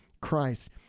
christ